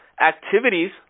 activities